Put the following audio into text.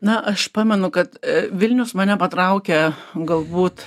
na aš pamenu kad vilnius mane patraukė galbūt